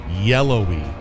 yellowy